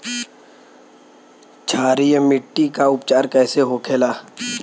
क्षारीय मिट्टी का उपचार कैसे होखे ला?